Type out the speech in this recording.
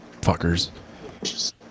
fuckers